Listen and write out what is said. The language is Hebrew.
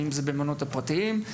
אם זה במעונות הפרטיים,